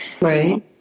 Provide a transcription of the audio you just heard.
Right